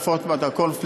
על רפורמת הקורנפלקס,